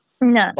No